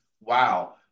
wow